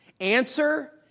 Answer